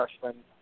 freshman